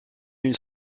une